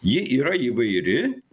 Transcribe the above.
ji yra įvairi